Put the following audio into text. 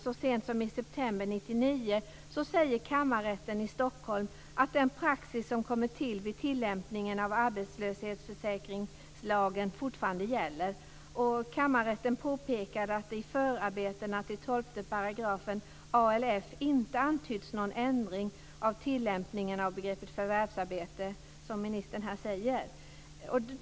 Så sent som i september 1999 säger Kammarrätten i Stockholm att den praxis som kommit till vid tillämpningen av arbetslöshetsförsäkringslagen fortfarande gäller. Kammarrätten påpekar att det i förarbetena till 12 § ALF inte antyds någon ändring av tillämpningen av begreppet förvärvsarbete, som ministern här säger.